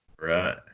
Right